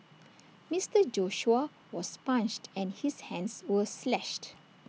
Mister Joshua was punched and his hands were slashed